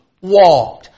walked